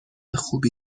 خوبی